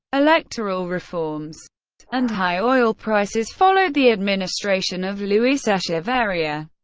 electoral reforms and high oil prices followed the administration of luis echeverria,